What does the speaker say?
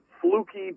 fluky